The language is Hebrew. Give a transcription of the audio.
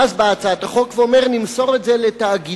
ואז באה הצעת החוק ואומרת: נמסור את זה לתאגידים,